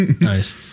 Nice